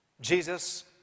Jesus